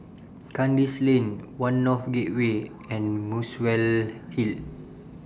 Kandis Lane one North Gateway and Muswell Hill